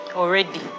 already